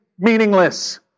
meaningless